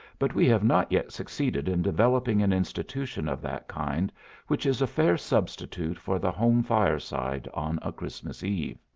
but we have not yet succeeded in developing an institution of that kind which is a fair substitute for the home fireside on a christmas eve.